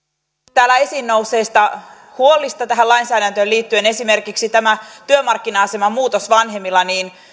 täällä esiin nousseista huolista tähän lainsäädäntöön liittyen esimerkiksi tästä työmarkkina aseman muutoksesta vanhemmilla